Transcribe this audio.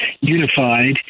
unified